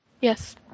Yes